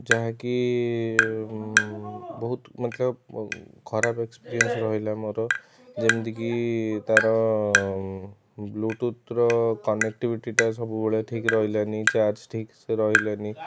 ଯାହାକି ବହୁତ ମତଲବ୍ ଖରାପ୍ ଏକ୍ସ୍ପେରିଏନ୍ସ୍ ରହିଲା ମୋର ଯେମିତିକି ତା'ର ବ୍ଲୁଟୁଥ୍ର କନେକ୍ଟିଭିଟିଟା ସବୁବେଳେ ଠିକ୍ ରହିଲାନି ଚାର୍ଜ୍ ଠିକ୍ସେ ରହିଲାନି